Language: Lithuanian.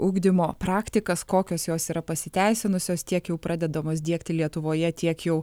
ugdymo praktikas kokios jos yra pasiteisinusios tiek jau pradedamos diegti lietuvoje tiek jau